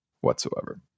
whatsoever